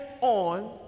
on